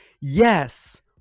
Yes